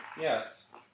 Yes